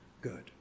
good